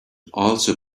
also